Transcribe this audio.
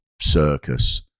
circus